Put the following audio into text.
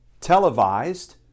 televised